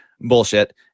bullshit